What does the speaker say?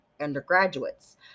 undergraduates